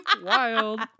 wild